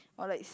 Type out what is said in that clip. or likes